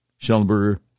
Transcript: Schellenberger